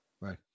Right